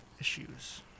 issues